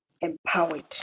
empowered